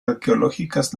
arqueológicas